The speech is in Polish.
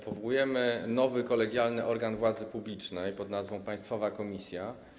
Powołujemy nowy kolegialny organ władzy publicznej pod nazwą państwowa komisja.